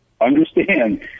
understand